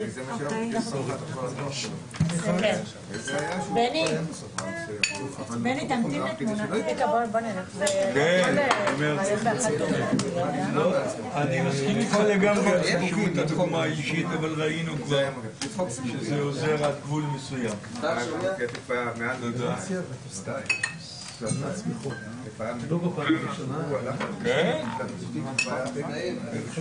בשעה 12:09.